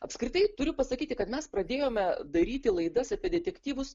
apskritai turiu pasakyti kad mes pradėjome daryti laidas apie detektyvus